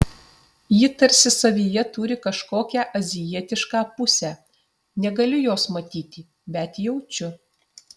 ji tarsi savyje turi kažkokią azijietišką pusę negaliu jos matyti bet jaučiu